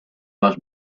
must